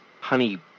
Honey